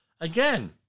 Again